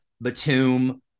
Batum